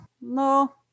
No